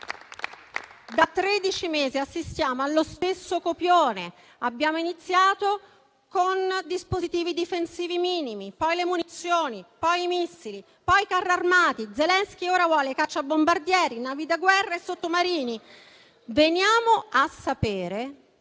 mesi assistiamo allo stesso copione; abbiamo iniziato con dispositivi difensivi minimi, poi le munizioni, i missili, i carrarmati. Zelensky vuole ora cacciabombardieri, navi da guerra e sottomarini. Veniamo a sapere